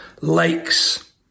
lakes